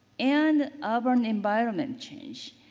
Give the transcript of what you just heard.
and ah but and environment change.